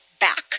back